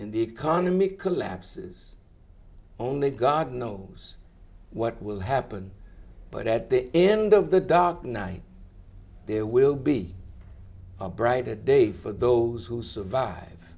in the economy collapses only god knows what will happen but at the end of the dark night there will be a brighter day for those who survive